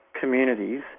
communities